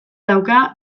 dauka